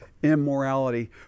immorality